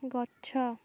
ଗଛ